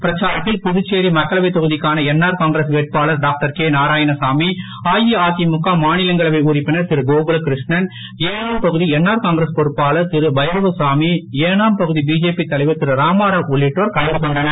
பிரச்சாரத்தில் புதுச்சேரி மக்களவை தொகுதிக்கான என்ஆர் காங்கிரஸ் வேட்பாளர் டாக்டர் கே நாராயணசாமி அஇஅதிமுக மாநிலங்களவை உறுப்பினர் திரு கோகுல கிருஷ்ணன் ஏனாம் பகுதி என்ஆர் காங்கிரஸ் பொறுப்பாளர் திரு பைரவ சாமி ஏனாம் பகுதி பிஜேபி தலைவர் திரு ராமாராவ் உள்ளிட்டோர் கலந்து கொண்டனர்